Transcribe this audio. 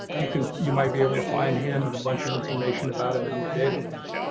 you can you might be able to find him and a bunch of information about him in your database.